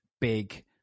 big